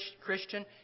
Christian